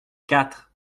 quatre